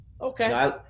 okay